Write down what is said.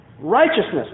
Righteousness